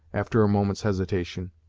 after a moment's hesitation,